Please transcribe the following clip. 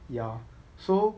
ya so